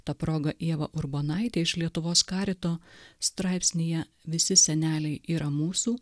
ta proga ieva urbonaitė iš lietuvos karito straipsnyje visi seneliai yra mūsų